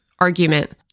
argument